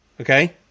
Okay